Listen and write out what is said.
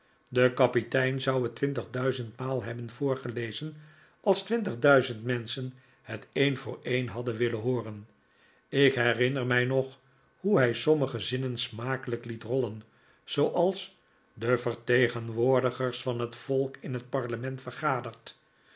de kapitein zou het twintigduizend maal hebben voorgelezen als twintigduizend menschen het een voor een hadden willen hooren ik herinner mij nog hoe hij sommige zinnen smakelijk liet rollen zooals de vertegenwoordigers van het volk in het parlement vergaderd